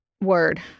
word